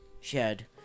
shared